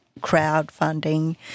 crowdfunding